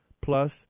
plus